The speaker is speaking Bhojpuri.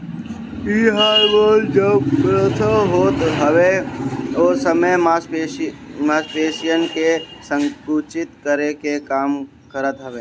इ हार्मोन जब प्रसव होत हवे ओ समय मांसपेशियन के संकुचित करे के काम करत हवे